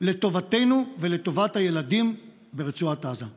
לטובתנו ולטובת הילדים ברצועת עזה.